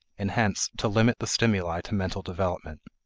and hence to limit the stimuli to mental development.